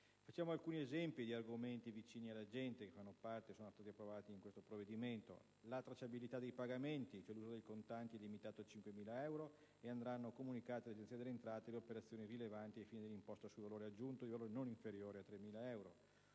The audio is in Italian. Facciamo alcuni esempi di argomenti vicini alla gente che hanno trovato posto in questo provvedimento. Per la tracciabilità dei pagamenti, l'uso dei contanti è limitato a 5.000 euro e andranno comunicate all'Agenzia delle entrate le operazioni rilevanti ai fini dell'imposta sul valore aggiunto di valore non inferiore a 3.000 euro.